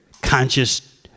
conscious